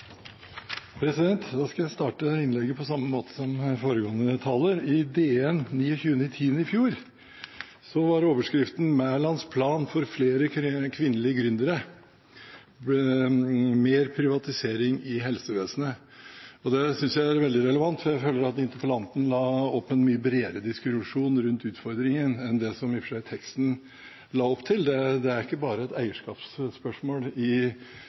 I DN den 29. oktober i fjor var overskriften: «Mælands plan for flere kvinnelige gründere: Mer privatisering i helsevesenet.» Dette synes jeg er veldig relevant, for jeg føler at interpellanten la opp til en mye bredere diskusjon rundt utfordringen enn det som teksten legger opp til. Det er ikke bare et eierskapsspørsmål i statlig eierskap, det er et bredt spørsmål om hvordan vi rekrutterer den beste kompetansen til alle rollene i det norske samfunn, og der er jeg veldig enig i